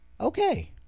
okay